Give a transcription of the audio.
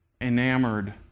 enamored